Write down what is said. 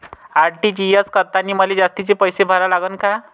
RTGS करतांनी मले जास्तीचे पैसे भरा लागन का?